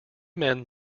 men